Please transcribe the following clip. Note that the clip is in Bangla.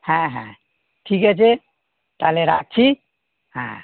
হ্যাঁ হ্যাঁ ঠিক আছে তাহলে রাখছি হ্যাঁ